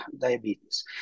diabetes